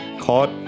caught